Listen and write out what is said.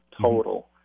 total